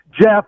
Jeff